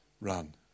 run